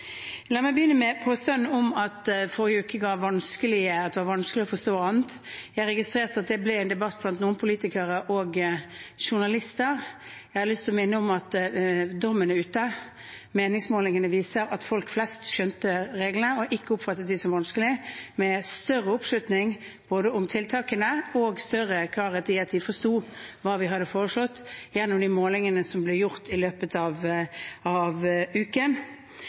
La meg begynne med påstanden om at det i forrige uke var vanskelig å forstå rådene. Jeg registrerte at det ble en debatt blant noen politikere og journalister. Jeg har lyst til å minne om at dommen er ute. Meningsmålingene viser at folk flest skjønte reglene og ikke oppfattet dem som vanskelige – at det var større oppslutning om tiltakene og større klarhet, og at folk forsto hva vi hadde foreslått. Det så vi gjennom de målingene som ble gjort i løpet av uken.